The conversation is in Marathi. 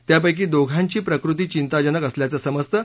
त्यापक्री दोघांची प्रकृती चिंताजनक असल्याचं समजतं